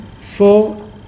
four